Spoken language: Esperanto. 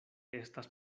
estas